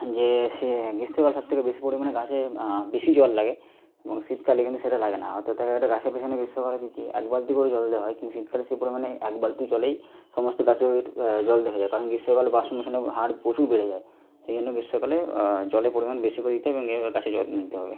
যে সে গ্রীষ্মকালে সব থেকে বেশি পরিমাণে গাছে বেশি জল লাগে এবং শীতকালে কিন্তু সেটা লাগে না অর্থাৎ এক একটা গাছের পেছনে গ্রীষ্মকালের দিকে এক বালতি করে জল দেওয়া হয় কিন্তু শীতকালে সে পরিমাণে এক বালতি জলেই সমস্ত গাছে ওই জল দেওয়া হয়ে যায় কারণ গ্রীষ্মকালে বাষ্পমোচনের হার প্রচুর বেড়ে যায় সেই জন্য গ্রীষ্মকালে জলের পরিমাণ বেশি করে দিতে হয় এবং এইভাবে গাছে জল দিতে হবে